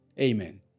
Amen